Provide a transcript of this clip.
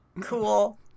cool